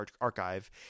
archive